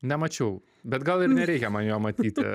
nemačiau bet gal ir nereikia man jo matyti